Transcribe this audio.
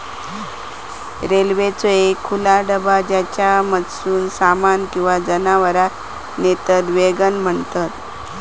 रेल्वेचो एक खुला डबा ज्येच्यामधसून सामान किंवा जनावरांका नेतत वॅगन म्हणतत